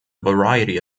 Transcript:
variety